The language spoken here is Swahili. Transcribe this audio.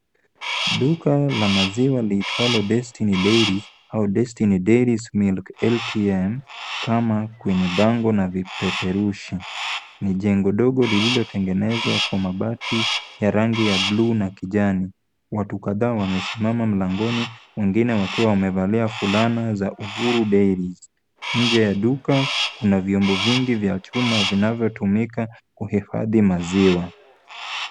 Duka la maziwa liitwalo Destiny Dairies au Destiny Dairies Milk ATM kama kwenye bango na vipeperushi, ni jengo ndogo lililotengenezwa kwa mabati ya rangi ya bluu na kijani. Watu kadha wamesimama mlangoni, wengine wakiwa wamevalia fulana za uhuru dairies. Nje ya duka kuna vyombo vingi vya chuma vinavyotumika kuhifadhi maziwa.